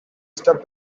stop